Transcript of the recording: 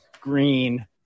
Green